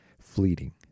fleeting